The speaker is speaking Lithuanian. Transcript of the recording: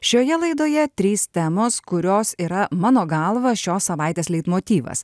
šioje laidoje trys temos kurios yra mano galva šios savaitės leitmotyvas